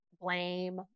blame